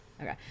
Okay